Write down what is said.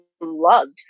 loved